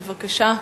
בבקשה,